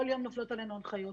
כל יום נופלות עלינו הנחיות,